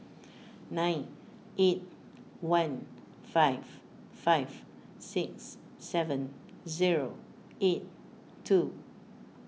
nine eight one five five six seven zero eight two